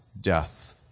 death